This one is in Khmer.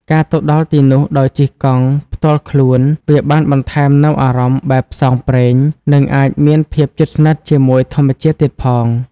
ការទៅដល់ទីនោះដោយជិះកង់ផ្ទាល់ខ្លួនវាបានបន្ថែមនូវអារម្មណ៍បែបផ្សងព្រេង និងអាចមានភាពជិតស្និទ្ធជាមួយធម្មជាតិទៀតផង។